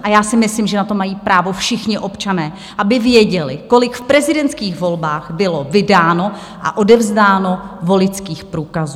A já si myslím, že na to mají právo všichni občané, aby věděli, kolik v prezidentských volbách bylo vydáno a odevzdáno voličských průkazů.